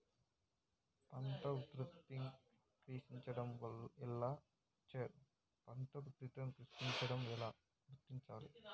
పంట ఉత్పత్తి క్షీణించడం ఎలా గుర్తించాలి?